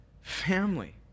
family